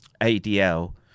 ADL